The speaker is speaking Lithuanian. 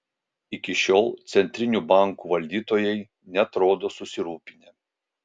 iki šiol centrinių bankų valdytojai neatrodo susirūpinę